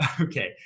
okay